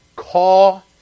call